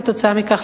כתוצאה מכך,